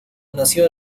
nació